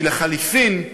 כי לחלופין,